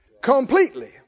Completely